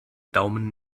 daumen